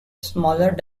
smaller